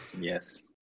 Yes